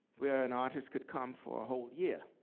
where an artist could come for a whole year.